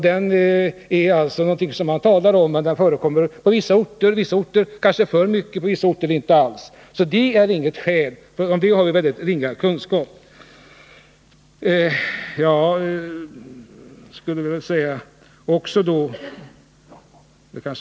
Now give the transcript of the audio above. Det har skett en utjämning på vissa orter —i en del fall kanske för mycket — och på andra orter inte alls. Men om detta har vi väldigt ringa kunskap.